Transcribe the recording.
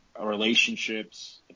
relationships